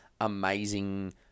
amazing